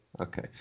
Okay